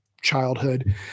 childhood